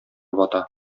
бата